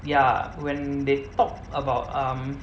ya when they talk about um